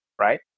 right